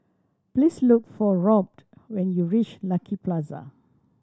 please look for Robt when you reach Lucky Plaza